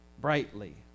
brightly